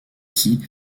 qui